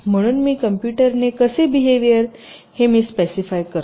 म्हणून मी कॉम्पुटर ने कसे बेहेवियर हे मी स्पेसिफाय करतो